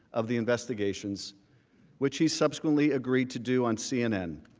of the investigations which he subsequently agreed to do on cnn.